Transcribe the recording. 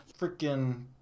freaking